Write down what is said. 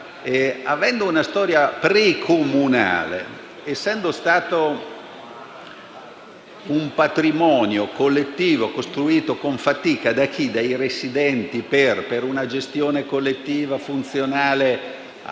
Avendo una storia pre-comunale ed essendo stato un patrimonio collettivo costruito con fatica dai residenti per una gestione collettiva funzionale perlopiù